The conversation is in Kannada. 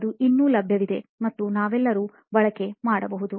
ಅದು ಇನ್ನೂ ಲಭ್ಯವಿದೆ ಮತ್ತು ನಾವೆಲ್ಲರು ಬಳಕೆ ಮಾಡಬಹುದು